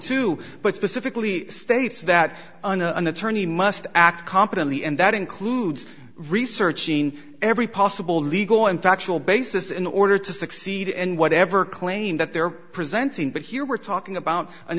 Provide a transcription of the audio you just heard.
two but specifically states that an attorney must act competently and that includes researching every possible legal and factual basis in order to succeed and whatever claim that they're presenting but here we're talking about an